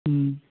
ओम